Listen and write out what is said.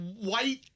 white